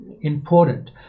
Important